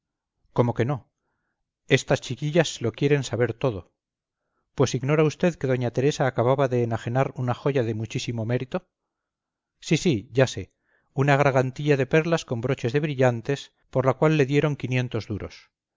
cómo que no estas chiquillas se lo quieren saber todo pues ignora usted que doña teresa acababa de enajenar una joya de muchísimo mérito sí sí ya sé una gargantilla de perlas con broches de brillantes por la cual le dieron quinientos duros